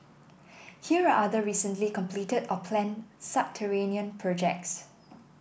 here are other recently completed or planned subterranean projects